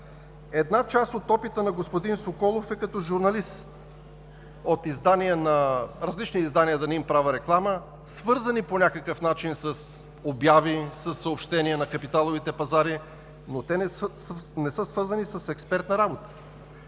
Една част от опита на господин Соколов е като журналист от различни издания – да не им правя реклама, свързани по някакъв начин с обяви, със съобщения на капиталовите пазари, но не са свързани с експертна работа.